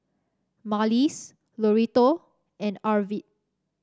Marlys Loretto and Arvid